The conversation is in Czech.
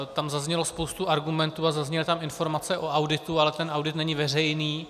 Tam zazněla spousta argumentů a zazněly tam informace o auditu, ale ten audit není veřejný.